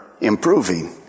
improving